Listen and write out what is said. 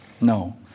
No